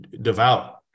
devout